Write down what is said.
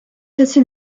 facile